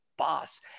boss